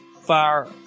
fire